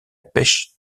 pêche